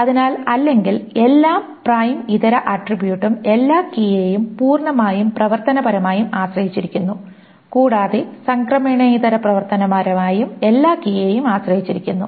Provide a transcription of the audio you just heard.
അതിനാൽ അല്ലെങ്കിൽ എല്ലാ പ്രൈം ഇതര ആട്രിബ്യൂട്ടും എല്ലാ കീയെയും പൂർണ്ണമായും പ്രവർത്തനപരമായും ആശ്രയിച്ചിരിക്കുന്നു കൂടാതെ സംക്രമണേതര പ്രവർത്തനപരമായും എല്ലാ കീയെയും ആശ്രയിച്ചിരിക്കുന്നു